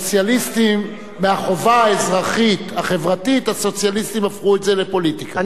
מהחובה האזרחית החברתית הסוציאליסטים הפכו את זה לפוליטיקה.